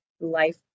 life